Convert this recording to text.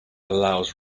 allows